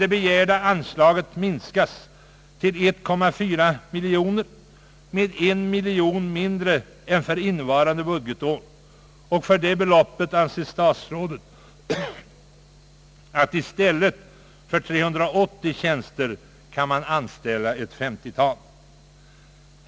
Det begärda anslaget minskas emellertid till 1,4 miljon — d. v. s. till ett belopp som är 1 miljon mindre än anslaget för innevarande budgetår. För detta belopp skall man — enligt vad herr statsrådet anser — i stället för 380 nya tjänster inrätta endast ett 50-tal.